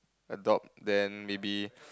adopt then maybe